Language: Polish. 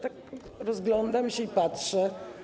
Tak rozglądam się i patrzę.